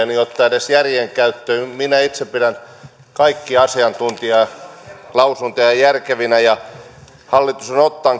niin otetaan edes järki käyttöön minä itse pidän kaikkia asiantuntijalausuntoja järkevinä hallitus on